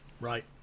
Right